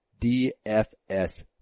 DFS